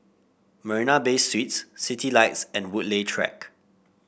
Marina Bay Suites Citylights and Woodleigh Track